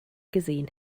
gesehen